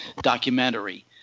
documentary